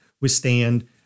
withstand